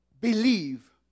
Believe